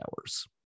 hours